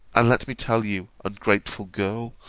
and let me tell you, ungrateful girl,